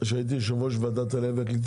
כשהייתי יושב ראש ועדת העלייה והקליטה